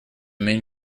main